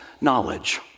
knowledge